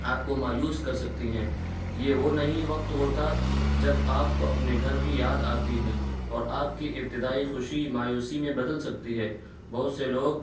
آپ کو مایوس کر سکتی ہیں یہ وہ نہیں وقت ہوتا جب آپ کو اپنے گھر کی یاد آتی ہے اور آپ کی ابتدائی خوشی مایوسی میں بدل سکتی ہے بہت سے لوگ